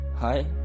Hi